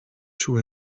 two